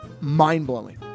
mind-blowing